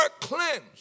cleansed